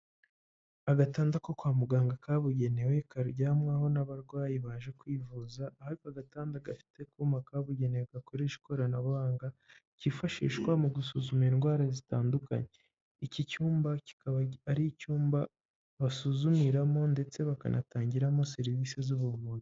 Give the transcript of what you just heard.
Agatanda ko kwa muganga kabugenewe kajyamwaho n'abarwayi baje kwivuza, aho aka gatanda gafite akuma kabugenewe gakoresha ikoranabuhanga, kifashishwa mu gusuzuma indwara zitandukanye. Iki cyumba kikaba ari icyumba basuzumiramo ndetse bakanatangiramo serivisi z'ubuvuzi.